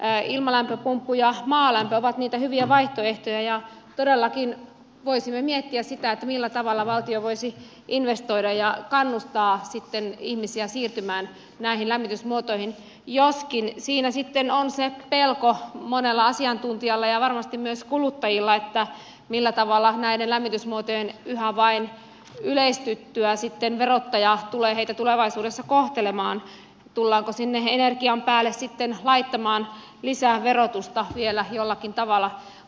ilmalämpöpumppu ja maalämpö ovat niitä hyviä vaihtoehtoja ja todellakin voisimme miettiä sitä millä tavalla valtio voisi investoida ja kannustaa ihmisiä siirtymään näihin lämmitysmuotoihin joskin siinä sitten on se pelko monella asiantuntijalla ja varmasti myös kuluttajilla millä tavalla näiden lämmitysmuotojen yhä vain yleistyttyä verottaja tulee heitä tulevaisuudessa kohtelemaan tullaanko sinne energian päälle laittamaan lisää verotusta vielä jollakin tavalla